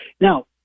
Now